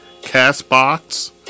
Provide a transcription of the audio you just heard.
CastBox